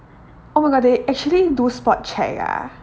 oh my god they actually do spot check ah